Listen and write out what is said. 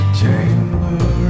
chamber